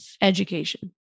education